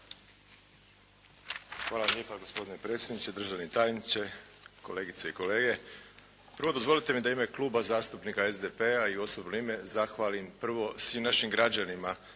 vam lijepa gospodine predsjedniče, državni tajniče, kolegice i kolege. Prvo, dozvolite mi da u ime Kluba zastupnika SDP-a i u osobno ime zahvalim prvo svim našim građanima,